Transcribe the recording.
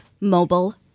mobile